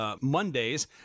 Mondays